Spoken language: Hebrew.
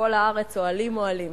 כל הארץ אוהלים אוהלים.